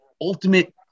ultimate